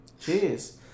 Jeez